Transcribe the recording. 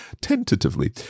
tentatively